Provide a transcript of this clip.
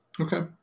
Okay